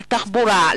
על תחבורה,